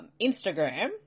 Instagram